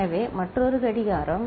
எனவே மற்றொரு கடிகாரம்